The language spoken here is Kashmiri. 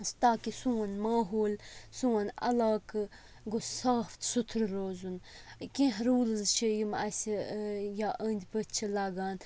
تاکہِ سون ماحول سون علاقہٕ گوٚژھ صاف سُتھرٕ روزُن کینٛہہ روٗلٕز چھِ یِم اَسہِ یا أنٛدۍ پٔتھۍ چھِ لَگان